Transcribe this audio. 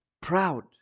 proud